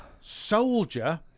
Soldier